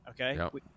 Okay